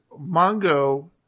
Mongo